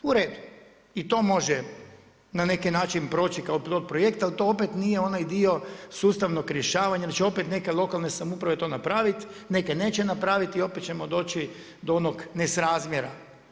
Uredu, i to može na neki način proći kao pilot projekt, ali to opet nije onaj dio sustavnog rješavanja onda će opet neke lokalne samouprave to napraviti, neke neće napravit i opet ćemo doći do onog nesrazmjera.